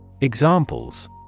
Examples